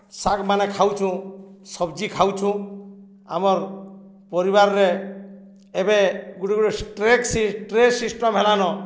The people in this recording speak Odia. ଶାଗ୍ମାନେ ଖାଉଛୁଁ ସବ୍ଜି ଖାଉଛୁଁ ଆମର୍ ପରିବାର୍ରେ ଏବେ ଗୁଟେ ଗୁଟେ ଟ୍ରେ ସିଷ୍ଟମ୍ ହେଲାନ